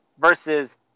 versus